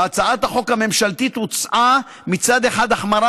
בהצעת החוק הממשלתית הוצעה מצד אחד החמרה